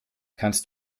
kannst